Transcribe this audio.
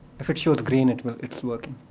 if it shows green, it's it's working.